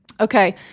Okay